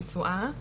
נשואה,